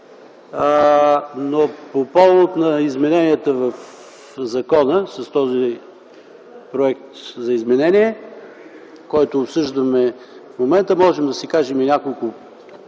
По повод измененията на закона с този Проект за изменение, който обсъждаме в момента, можем да си кажем няколко